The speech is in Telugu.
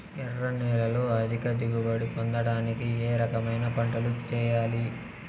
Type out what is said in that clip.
ఎర్ర నేలలో అధిక దిగుబడి పొందడానికి ఏ రకమైన పంటలు చేయాలి?